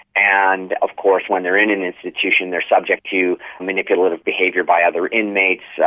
and of course when they are in an institution they are subject to manipulative behaviour by other inmates,